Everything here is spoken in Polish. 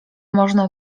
można